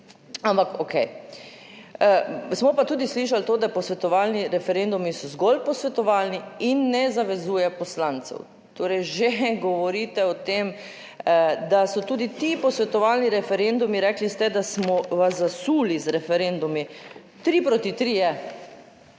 ampak okej. Smo pa tudi slišali to, da posvetovalni referendumi so zgolj posvetovalni in ne zavezuje poslancev. Torej že govorite o tem, da so tudi ti posvetovalni referendumi, rekli ste, da smo vas zasuli z referendumi tri proti tri je,